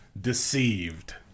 Deceived